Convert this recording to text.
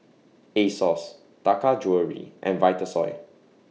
Asos Taka Jewelry and Vitasoy